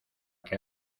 que